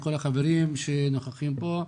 ולכל החברים שנוכחים פה,